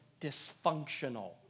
dysfunctional